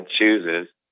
chooses